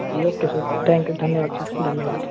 जी okay sir जी thank you धन्यवाद sir धन्यवाद